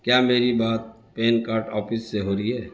کیا میری بات پین کارڈ آفس سے ہو رہی ہے